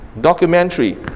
documentary